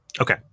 Okay